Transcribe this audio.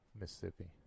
Mississippi